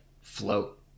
float